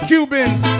Cubans